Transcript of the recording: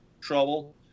trouble